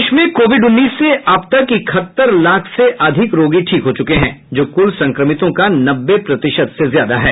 देश में कोविड उन्नीस से अब तक इकहत्तर लाख से भी अधिक रोगी ठीक हो चुके हैं जो कुल संक्रमितों का नब्बे प्रतिशत से ज्यादा है